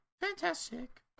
fantastic